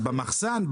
במחסן,